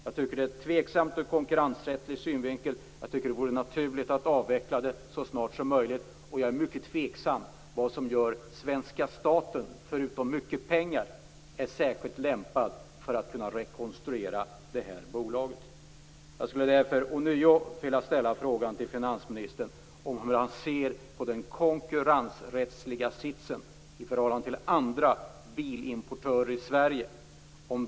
Jag tycker att det är tveksamt ur konkurrensrättslig synvinkel. Jag tycker att det vore naturligt att avveckla innehavet så snart som möjligt. Jag är mycket tveksam till om något förutom tillgång till mycket pengar gör svenska staten särskilt lämpad att rekonstruera bolaget. Jag skulle ånyo vilja fråga finansministern om hur han ser på den konkurrensrättsliga sitsen när det gäller förhållandet till andra bilimportörer i Sverige.